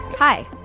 Hi